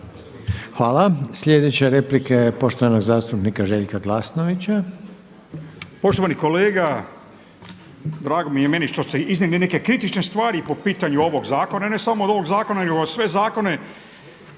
Hvala. Sljedeća replika je poštovanog zastupnika Željka Glasnovića.